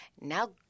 Now